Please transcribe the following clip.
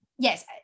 Yes